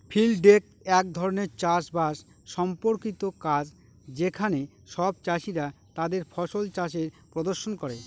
field day এক ধরনের চাষ বাস সম্পর্কিত কাজ যেখানে সব চাষীরা তাদের ফসল চাষের প্রদর্শন করে